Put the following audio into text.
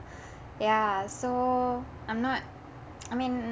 ya so I'm not I mean